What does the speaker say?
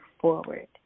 forward